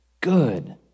good